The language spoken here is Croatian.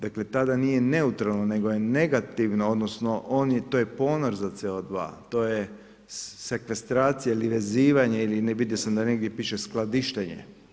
Dakle, tada nije neutralno nego je negativno, odnosno on je, to je ponor za CO2, to je sekvestracija ili vezivanje ili vidio sam da negdje piše skladištenje.